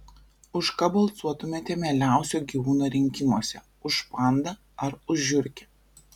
už ką balsuotumėte mieliausio gyvūno rinkimuose už pandą ar už žiurkę